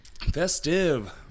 Festive